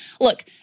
look